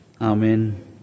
Amen